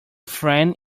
friend